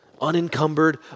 Unencumbered